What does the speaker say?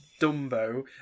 Dumbo